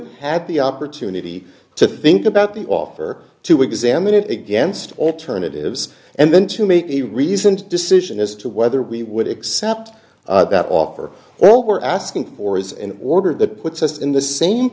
have had the opportunity to think about the offer to examine it against alternatives and then to make a reasoned decision as to whether we would accept that offer or were asking for is an order that puts us in the same